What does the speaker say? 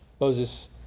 Moses